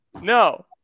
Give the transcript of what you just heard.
No